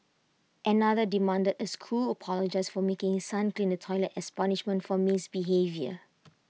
another demanded A school apologise for making his son clean the toilet as punishment for misbehaviour